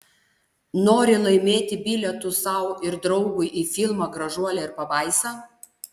nori laimėti bilietus sau ir draugui į filmą gražuolė ir pabaisa